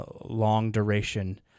long-duration